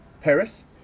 Paris